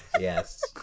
Yes